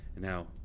Now